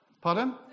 Pardon